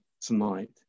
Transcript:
tonight